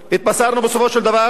התבשרנו בסופו של דבר,